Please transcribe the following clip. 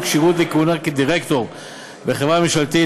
כשירות לכהונה כדירקטור בחברה ממשלתית),